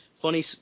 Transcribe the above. funny